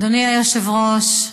אדוני היושב-ראש,